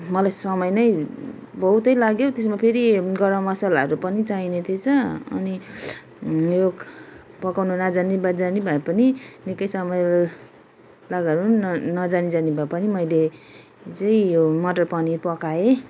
मलाई समय नैँ बहुतै लाग्यो त्यसमा फेरि गरम मसालाहरू पनि चाहिने थिएछ अनि यो पकाउनु नजानी वा जानी भए पनि निकै समय लगाएर नजानी जानी भएर पनि मैले चाहिँ यो मटर पनिर पकाएँ